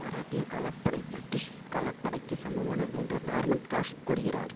மராட்டிய காலாட்படை பிரிட்டிஷ் காலாட்படைக்கு சமமானது என்று நார்மன் காஷ் கூறுகிறார்